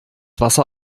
wasser